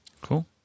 Cool